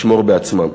לשמור בעצמם.